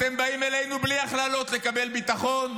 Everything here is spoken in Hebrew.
אתם באים אלינו בלי הכללות לקבל ביטחון,